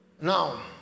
Now